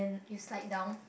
you slide down